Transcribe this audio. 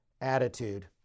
attitude